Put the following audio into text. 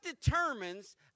determines